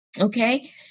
okay